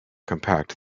compact